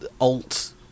Alt